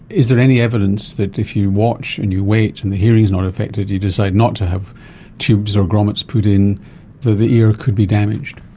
is there any evidence that if you watch and you wait and the hearing is not affected, you decide not to have tubes or grommets put in, that the ear could be damaged?